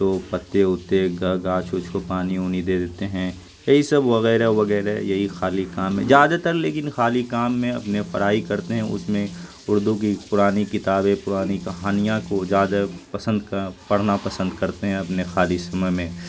تو پتے وتے گاچھ ووچھ کو پانی اونی دے دیتے ہیں یہی سب وغیرہ وغیرہ یہی خالی کام ہے زیادہ تر لیکن خالی کام میں اپنے پڑھائی کرتے ہیں اس میں اردو کی پرانی کتابیں پرانی کہانیاں کو زیادہ پسند پڑھنا پسند کرتے ہیں اپنے خالی سمے میں